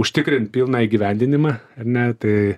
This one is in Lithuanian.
užtikrint pilną įgyvendinimą ar ne tai